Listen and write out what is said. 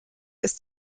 ist